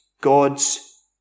God's